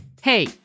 Hey